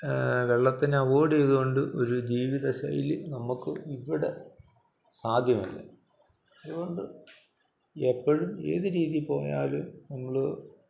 വെള്ളത്തിനെ അവോയ്ഡ്യ്തോണ്ട് ഒരു ജീവിത ശൈലി നമുക്ക് ഇവിടെ സാധ്യമല്ല അതുകൊണ്ട് എപ്പോഴും ഏത് രീതിയില് പോയാലും നമ്മള്